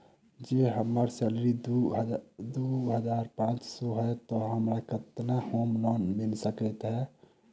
जँ हम्मर सैलरी दु हजार पांच सै हएत तऽ हमरा केतना होम लोन मिल सकै है?